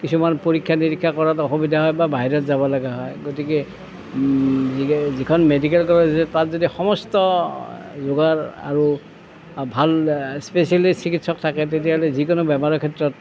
কিছুমান পৰীক্ষা নিৰীক্ষা কৰাত অসুবিধা হয় বা বাহিৰত যাব লগা হয় গতিকে গতিকে যিখন মেডিকেল কলেজ আছে তাত যদি সমস্ত যোগাৰ আৰু ভাল স্পেচিয়েলিষ্ট চিকিৎসক থাকে তেতিয়াহ'লে যিকোনো বেমাৰৰ ক্ষেত্ৰত